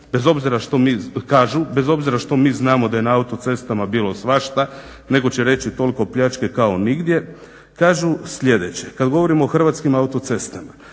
bez obzira što mi znamo da je na autocestama bilo svašta nego će reći toliko pljačke kao nigdje, kažu sljedeće kad govorim o Hrvatskim autocestama.